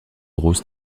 roses